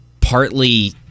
partly